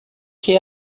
que